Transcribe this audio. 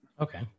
Okay